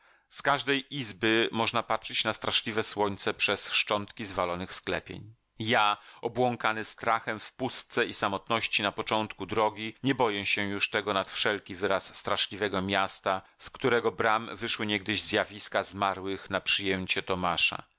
z każdej izby można patrzyć na straszliwe słońce przez szczątki zwalonych sklepień ja obłąkany strachem w pustce i samotności na początku drogi nie boję się już tego nad wszelki wyraz straszliwego miasta z którego bram wyszły niegdyś zjawiska zmarłych na przyjęcie tomasza